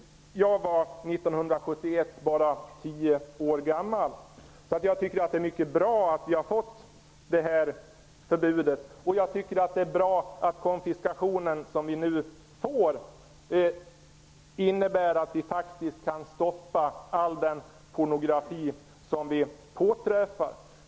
Jag var 1971 bara tio år gammal. Jag tycker att det är bra att förbudet infördes. Jag tycker att det är bra att konfiskationen innebär att vi kan stoppa all den pornografi som påträffas.